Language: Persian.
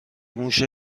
موش